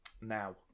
Now